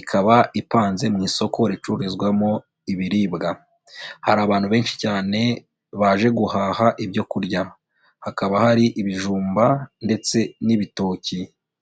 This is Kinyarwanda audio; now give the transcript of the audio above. ikaba ipanze mu isoko ricururizwamo ibiribwa, hari abantu benshi cyane baje guhaha ibyo kurya, hakaba hari ibijumba ndetse n'ibitoki.